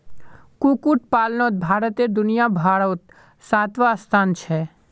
कुक्कुट पलानोत भारतेर दुनियाभारोत सातवाँ स्थान छे